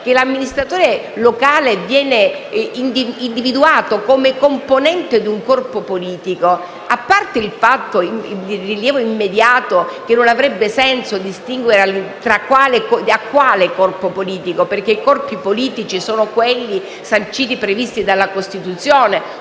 che l'amministratore locale viene individuato come componente di un corpo politico (a parte il rilievo immediato che non avrebbe senso distinguere a quale corpo politico, perché i corpi politici sono quelli previsti dalla Costituzione,